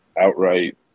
outright